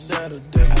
Saturday